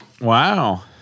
Wow